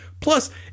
Plus